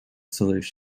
solution